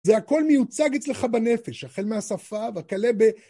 זה הכל מיוצג אצלך בנפש, החל מהשפה וכלה ב...